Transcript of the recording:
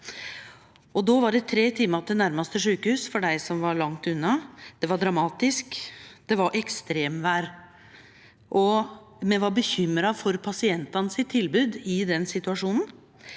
Då var det tre timar til nærmaste sjukehus for dei som var langt unna. Det var dra matisk, det var ekstremvêr, og me var bekymra for pasientane sitt tilbod i den situasjonen.